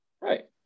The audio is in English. Right